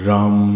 Ram